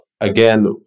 again